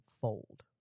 fold